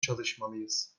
çalışmalıyız